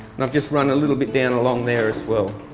and i've just run a little bit down along there as well.